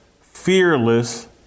fearless